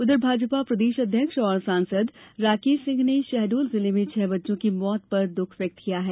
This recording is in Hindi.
उधर भाजपा प्रदेश अध्यक्ष और सांसद राकेश सिंह ने शहडोल जिले में छह बच्चों की मौत पर दुःख व्यक्त किया है